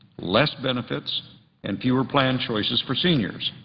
less benefits and fewer plan choices for seniors.